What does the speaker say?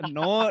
no